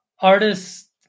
artists